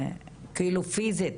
פיזית,